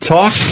talk